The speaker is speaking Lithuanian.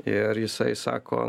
ir jisai sako